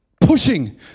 pushing